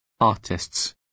artists